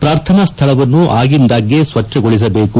ಪ್ರಾರ್ಥನಾ ಸ್ವಳವನ್ನು ಆಗಿಂದಾಗೆ ಸ್ವಚ್ಛಗೊಳಿಸಬೇಕು